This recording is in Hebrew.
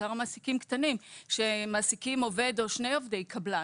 בעיקר המעסיקים הקטנים שמעסיקים עובד או שני עובדי קבלן.